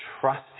trust